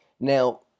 Now